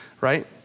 right